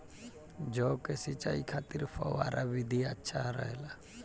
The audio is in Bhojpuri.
जौ के सिंचाई खातिर फव्वारा विधि अच्छा रहेला?